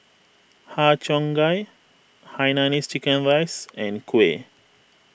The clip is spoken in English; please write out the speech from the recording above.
Har Cheong Gai Hainanese Chicken Rice and Kuih